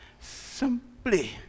simply